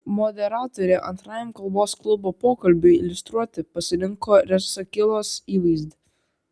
moderatorė antrajam kalbos klubo pokalbiui iliustruoti pasirinko rasakilos įvaizdį